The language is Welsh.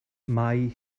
mae